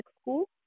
School